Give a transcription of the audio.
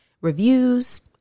reviews